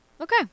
Okay